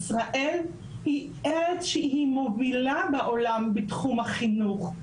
ישראל היא ארץ שהיא מובילה בעולם בתחום החינוך.